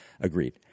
agreed